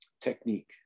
technique